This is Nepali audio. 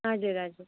हजुर हजुर